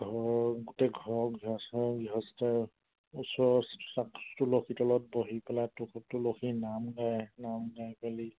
ঘৰৰ গোটেই ঘৰৰ গৃহস্থই গৃহস্থই ওচৰ তুলসীৰ তলত বহি পেলাই তুস তুলসী নাম গায় নাম গাই মেলি